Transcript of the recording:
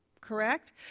correct